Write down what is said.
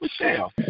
Michelle